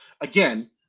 again